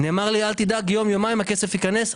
נאמר לי: אל תדאג, יום, יומיים, הכסף ייכנס.